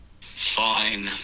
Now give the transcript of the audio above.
Fine